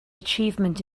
achievement